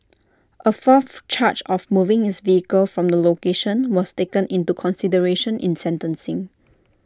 A fourth charge of moving his vehicle from the location was taken into consideration in sentencing